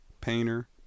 painter